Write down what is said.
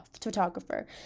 photographer